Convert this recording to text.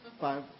Five